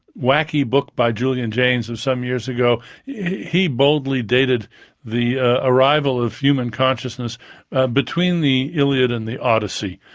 wacky book by julian jaynes of some years ago he boldly dated the arrival of human consciousness between the iliad and the odyssey.